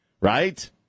Right